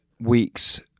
week's